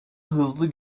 hızlı